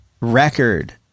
record